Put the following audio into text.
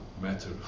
matter